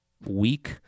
week